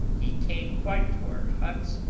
he came quite to our huts,